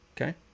Okay